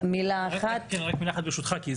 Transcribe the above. אחת ברשותך כי הזכרת,